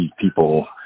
people